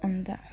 अन्त